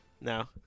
No